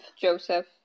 Joseph